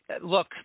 look